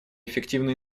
эффективный